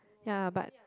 ya but